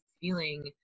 feeling